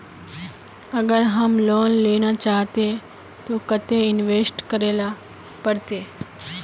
अगर हम लोन लेना चाहते तो केते इंवेस्ट करेला पड़ते?